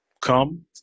come